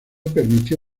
permitió